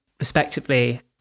Respectively